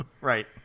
Right